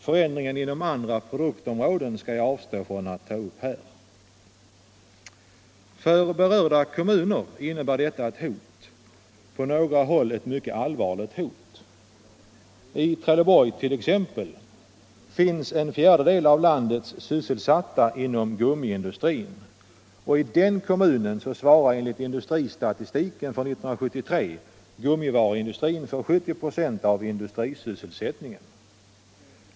Förändringen inom andra produktområden skall jag avstå från att ta upp här. För berörda kommuner innebär detta ett hot, på några håll ett mycket allvarligt hot. I Trelleborg t.ex. finns en fjärdedel av landets sysselsatta inom gummiindustrin, och i den kommunen svarar enligt industristatistiken för 1973 gummivaruindustrin för 70 26 av industrisysselsättningen.